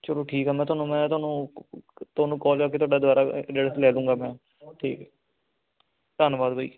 ਚਲੋ ਠੀਕ ਆ ਮੈਂ ਤੁਹਾਨੂੰ ਮੈਂ ਤੁਹਾਨੂੰ ਤੁਹਾਨੂੰ ਕਾਲ ਕਰਕੇ ਤੁਹਾਡਾ ਦੁਬਾਰਾ ਅਡਰੈਸ ਲੈ ਲੁੰਗਾ ਮੈਂ ਠੀਕ ਹੈ ਧੰਨਵਾਦ ਬਾਈ